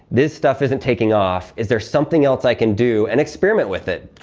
this stuff isn't taking off. is there something else i can do? and experiment with it,